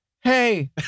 hey